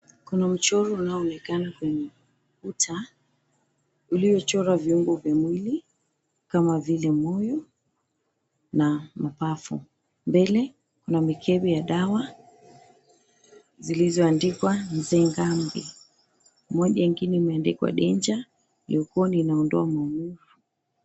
Kuna mchoro unaoonekana kwenye ukuta, uliochorwa viungo vya mwili kama vile moyo, na mapafu. Mbele kuna mikebe ya dawa, zilizoandikwa Nzengambi moja, ingine imeandikwa Deja, Leoki inaondoa maumivu.